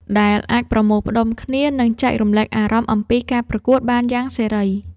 ដែលអាចប្រមូលផ្តុំគ្នា និងចែករំលែកអារម្មណ៍អំពីការប្រកួតបានយ៉ាងសេរី។